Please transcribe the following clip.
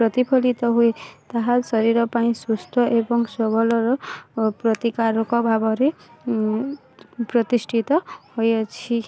ପ୍ରତିଫଳିତ ହୁଏ ତାହା ଶରୀର ପାଇଁ ସୁସ୍ଥ ଏବଂ ସବଳର ପ୍ରତିକାରକ ଭାବରେ ପ୍ରତିଷ୍ଠିତ ହୋଇଅଛି